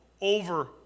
over